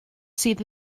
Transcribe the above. sydd